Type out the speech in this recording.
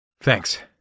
Thanks